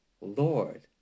Lord